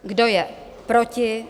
Kdo je proti?